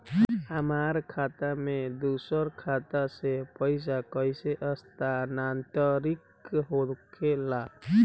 हमार खाता में दूसर खाता से पइसा कइसे स्थानांतरित होखे ला?